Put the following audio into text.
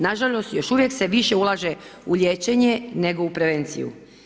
Nažalost još uvijek se više ulaže u liječenje nego u prevenciju.